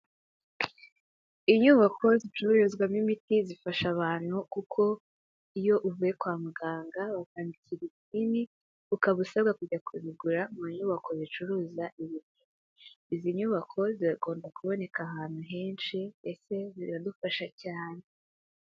Inyubako zicururizwamo imiti zifasha abantu kuko iyo uvuye kwa muganga bakwandikira ibinini, ukaba usabwa kujya kubiura mu nyubako zicuruza ibinini, izi nyubako zikunda kuboneka ahantu henshi, ndetetse ziradufasha cyane.